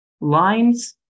lines